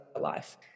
life